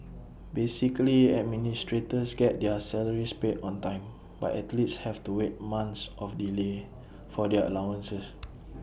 basically administrators get their salaries paid on time but athletes have to wait months of delay for their allowances